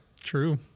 True